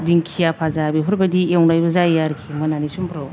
दिंखिया फाजा बेफोरबायदि एवनायबो जायो आरोखि मोनानि समफ्राव